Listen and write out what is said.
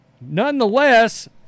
Nonetheless